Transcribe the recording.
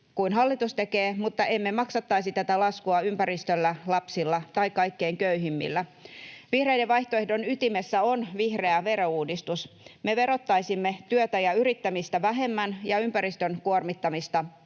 kuin hallitus tekee, mutta emme maksattaisi tätä laskua ympäristöllä, lapsilla tai kaikkein köyhimmillä. Vihreiden vaihtoehdon ytimessä on vihreä verouudistus. Me verottaisimme työtä ja yrittämistä vähemmän ja ympäristön kuormittamista